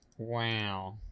Wow